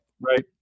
Right